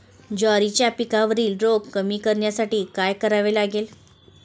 ज्वारीच्या पिकावरील रोग कमी करण्यासाठी काय करावे लागेल?